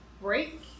break